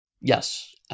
Yes